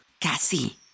Cassie